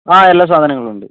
ആ എല്ലാ സാധങ്ങളും ഉണ്ട്